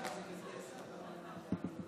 ברכות לחבר הכנסת אושר שקלים.